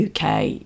UK